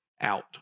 out